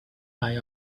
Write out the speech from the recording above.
eye